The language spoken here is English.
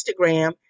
Instagram